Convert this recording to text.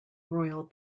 royal